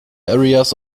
areas